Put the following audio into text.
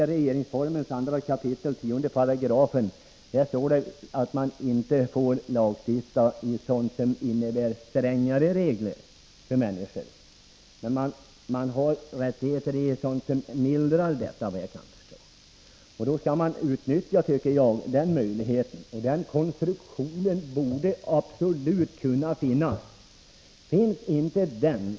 I regeringsformens 2 kap. 10 § står det att man inte får lagstifta om sådant som innebär strängare regler för människor, men efter vad jag kan förstå har vi möjlighet att mildra regler. Den möjligheten skall man utnyttja, tycker jag.